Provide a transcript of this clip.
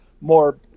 more